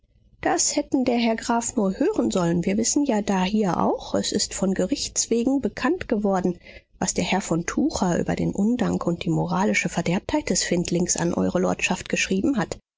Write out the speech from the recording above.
das hätten der herr graf nur hören sollen wir wissen ja dahier auch es ist von gerichts wegen bekannt geworden was der herr von tucher über den undank und die moralische verderbtheit des findlings an eure lordschaft geschrieben hat